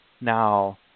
Now